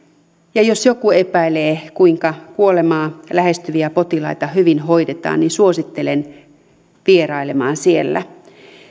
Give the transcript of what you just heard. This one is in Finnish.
ja jos joku epäilee kuinka kuolemaa lähestyviä potilaita hyvin hoidetaan niin suosittelen vierailemaan siellä